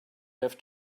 have